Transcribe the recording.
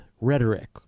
Rhetoric